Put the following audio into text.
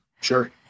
Sure